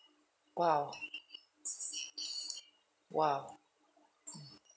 !wow! !wow!